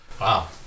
Wow